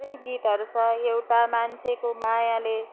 त्यही गीतहरू छ एउटा मान्छेको मायाले